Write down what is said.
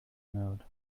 mode